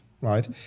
right